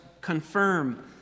confirm